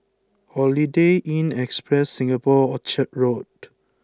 Holiday Inn Express Singapore Orchard Road